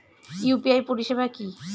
UPI পরিষেবা কি?